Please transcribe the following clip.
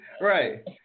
right